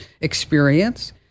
experience